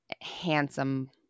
handsome